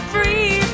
Free